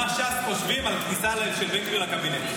מה ש"ס חושבים על כניסה של בן גביר לקבינט?